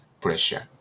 Pressure